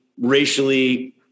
racially